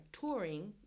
touring